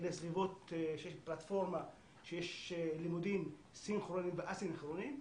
אלה סביבות שיש פלטפורמה שיש לימודים סינכרוניים וא-סינכרוניים,